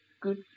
Good-